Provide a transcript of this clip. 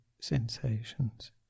sensations